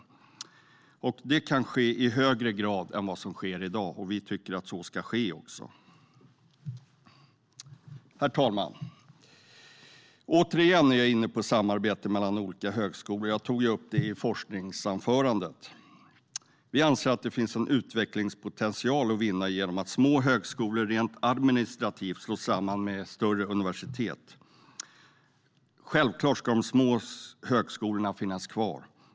Vi tycker att det ska ske i högre grad än vad som är fallet i dag. Herr talman! Återigen är jag inne på samarbete mellan olika högskolor - jag tog upp det i forskningsanförandet också. Vi anser att det finns utvecklingspotential att vinna genom att små högskolor rent administrativt slås samman med större universitet. Självklart ska de små högskolorna finnas kvar.